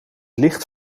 licht